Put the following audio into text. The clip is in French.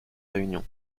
réunion